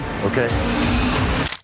Okay